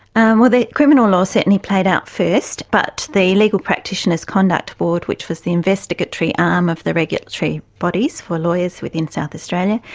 and well, criminal law certainly played out first, but the legal practitioners conduct board, which was the investigatory arm of the regulatory bodies for lawyers within south australia,